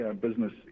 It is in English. business